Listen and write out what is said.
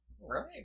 right